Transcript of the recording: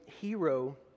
hero